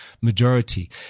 majority